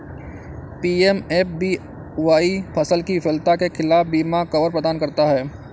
PMFBY फसल की विफलता के खिलाफ बीमा कवर प्रदान करता है